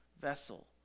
vessel